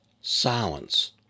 Silence